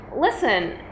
listen